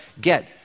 get